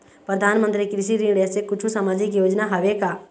परधानमंतरी कृषि ऋण ऐसे कुछू सामाजिक योजना हावे का?